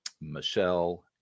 Michelle